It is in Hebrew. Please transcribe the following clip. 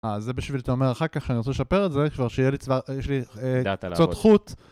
אה, זה בשביל שאתה אומר אחר כך שאני רוצה לשפר את זה, כבר שיש לי קצות חוט.